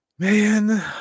Man